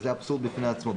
שזה אבסורד בפני עצמו.